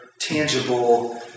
tangible